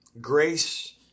Grace